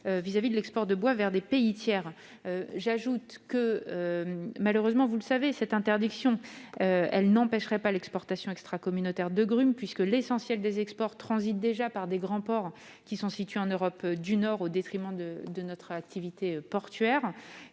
restriction à l'exportation de bois vers des pays tiers. J'ajoute que, malheureusement- vous le savez -, cette interdiction n'empêcherait pas l'exportation extracommunautaire de grumes, puisque l'essentiel des exports transite déjà par de grands ports situés en Europe du Nord, et ce au détriment de notre activité portuaire.